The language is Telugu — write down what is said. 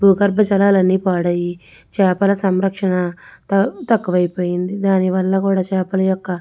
భూగర్భ జలాలు అన్ని పాడు అయ్యి చేపల సంరక్షణ తక్కువ అయిపోయింది దాని వల్ల చేపల యొక్క